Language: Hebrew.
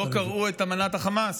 לא קראו את אמנת החמאס?